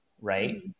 right